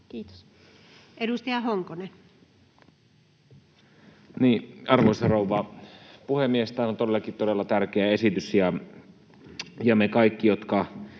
Content: Niin, arvoisa rouva puhemies! Täällä on todellakin todella tärkeä esitys, ja me kaikki, jotka